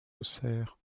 auxerre